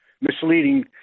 misleading